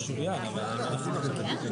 (הישיבה נפסקה בשעה 12:23 ונתחדשה בשעה 13:02)